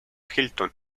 hilton